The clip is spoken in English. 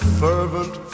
fervent